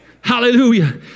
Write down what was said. Hallelujah